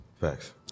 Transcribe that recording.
Facts